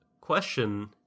Question